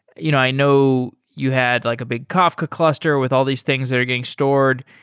you know i know you had like a big kafka cluster with all these things that are getting stored.